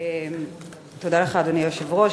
אדוני היושב-ראש,